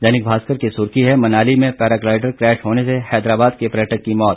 दैनिक भास्कर की सुर्खी है मनाली में पैराग्लाइडर क्रैश होने से हैदराबाद के पर्यटक की मौत